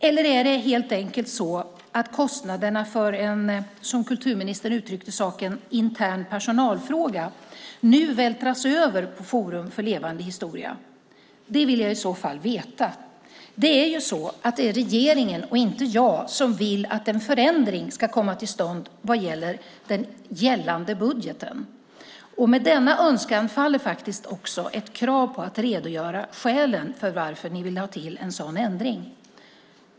Eller är det helt enkelt så att kostnaderna för en, som kulturministern uttryckte saken, intern personalfråga nu vältras över på Forum för levande historia? Det vill jag i så fall veta. Det är regeringen, inte jag, som vill att en förändring ska komma till stånd beträffande den gällande budgeten. Med denna önskan faller också ett krav på att redogöra skälen för varför ni vill ha till en sådan ändring.